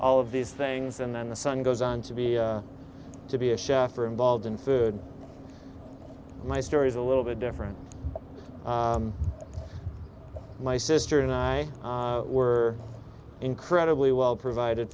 all of these things and then the sun goes on to be to be a chef are involved in food my story is a little bit different my sister and i were incredibly well provided